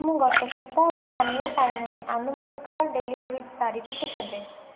ମୁଁ ଗତ ସପ୍ତାହରୁ ପାନୀୟ ପାଇ ନାହିଁ ଆନୁମାନିକ ଡେଲିଭରି ତାରିଖଟି କେବେ